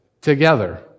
together